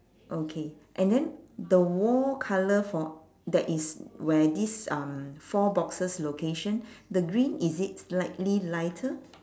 okay and then the wall colour for that is where this um four boxes location the green is it slightly lighter